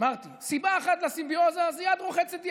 אמרתי, סיבה אחת לסימביוזה זה יד רוחצת יד: